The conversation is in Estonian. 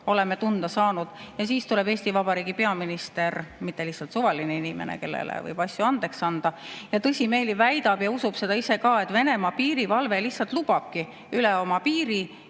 oleme tunda saanud. Ja siis tuleb Eesti Vabariigi peaminister – mitte lihtsalt suvaline inimene, kellele võib asju andeks anda – ja tõsimeeli väidab ja usub seda ise ka, et Venemaa piirivalve lihtsalt lubabki üle oma piiri